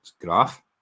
graph